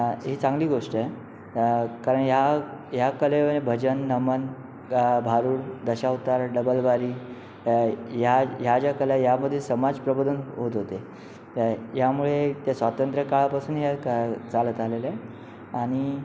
ही चांगली गोष्टय कारण ह्या ह्या कले भजन नमन गा भारूड दशावतार डबलबारी ह्या ह्या ज्या कला आहेत यामध्ये समाज प्रबोधन होत होते काय यामुळे त्या स्वातंत्र्य काळापासून या का चालत आलेल्या आहे आणि